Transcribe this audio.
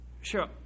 Sure